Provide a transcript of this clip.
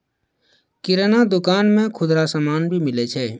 किराना दुकान मे खुदरा समान भी मिलै छै